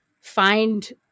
find